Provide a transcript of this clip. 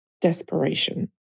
desperation